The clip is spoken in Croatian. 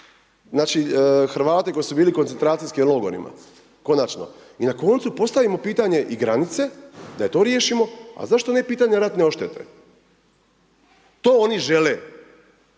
znači Hrvate koji su bili u koncentracijskim logorima, konačno. I na koncu postavimo pitanje i granice, da i to riješimo, a zašto ne pitanje ratne odštete. To oni žele,